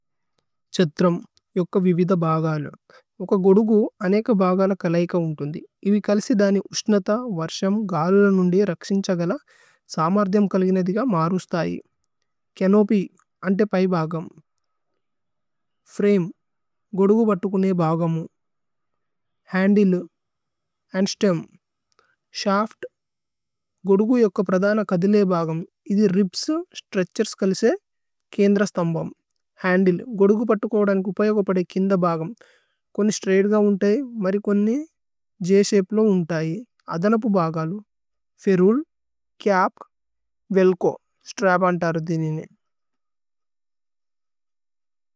സല്വേ, ബേനേ വേനിസ്തി അദ് മേഅമ് പ്രഏലേച്തിഓന്। സല്വേ, ബേനേ വേനിസ്തി അദ് മേഅമ് പ്രഏലേച്തിഓന്।